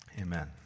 Amen